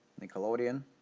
nickelodeon